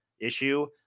issue